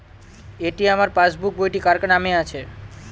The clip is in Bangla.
এটি আমার পাসবুক বইটি কার নামে আছে?